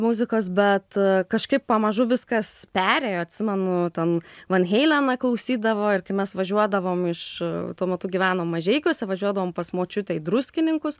muzikos bet kažkaip pamažu viskas perėjo atsimenu ten van heileną klausydavo ir kai mes važiuodavom iš tuo metu gyvenom mažeikiuose važiuodavom pas močiutę į druskininkus